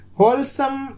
Wholesome